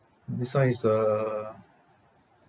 besides uh